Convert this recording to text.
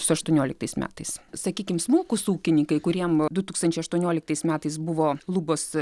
su aštuonioliktais metais sakykim smulkūs ūkininkai kuriem du tūkstančiai aštuonioliktais metais buvo lubos